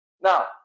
Now